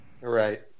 right